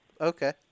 Okay